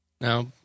Now